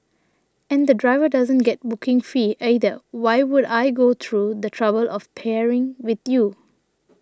and the driver doesn't get booking fee either why would I go through the trouble of pairing with you